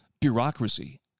Bureaucracy